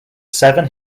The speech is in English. seven